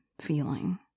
feeling